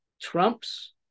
trumps